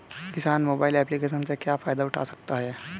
किसान mobile application से क्या फायदा उठा सकता है?